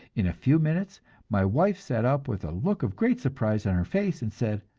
in a few minutes my wife sat up with a look of great surprise on her face and said,